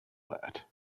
that